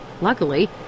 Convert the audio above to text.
Luckily